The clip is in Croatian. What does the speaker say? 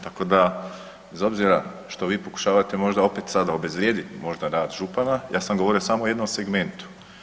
Tako da bez obzira što vi pokušavate možda opet sad obezvrijediti rad župana, ja sam govorio samo o jednom segmentu.